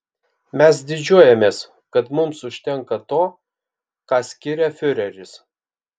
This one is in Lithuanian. mes didžiuojamės kad mums užtenka to ką skiria fiureris